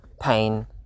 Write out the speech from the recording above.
pain